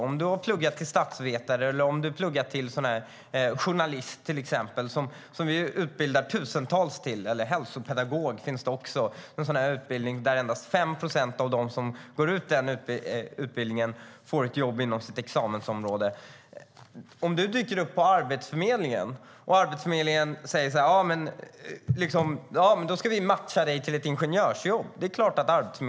Om man har pluggat till statsvetare eller journalist, som vi utbildar tusentals till, eller hälsopedagog - en utbildning där endast 5 procent av dem som går ut får ett jobb inom sitt examensområde - och man dyker upp på Arbetsförmedlingen är det klart att de inte kan matcha en till ett ingenjörsjobb.